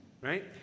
right